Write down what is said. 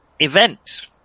Event